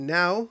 now